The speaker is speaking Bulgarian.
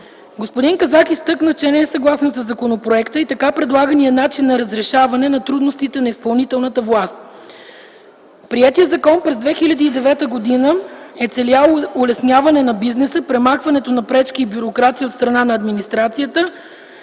Господин Казак изтъкна, че не е съгласен със законопроекта и така предлагания начин на разрешаване на трудностите на изпълнителната власт. Приетият закон през 2009 г. е целял улесняването на бизнеса, премахването на пречки и бюрокрация от страна на администрацията.